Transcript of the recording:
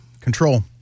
Control